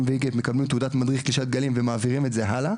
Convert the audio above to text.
מקבלים תעודה במכון וינגייט למדריך גלישת גלים ומעבירים את זה הלאה,